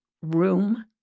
room